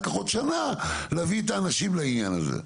כך עוד שנה כדי להביא את האנשים לעניין הזה.